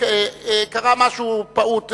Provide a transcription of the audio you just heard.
קרה משהו פעוט,